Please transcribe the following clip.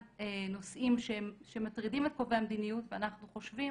נושאים שמטרידים את קובעי המדיניות ואנחנו חושבים